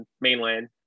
mainland